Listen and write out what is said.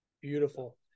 beautiful